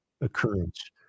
occurrence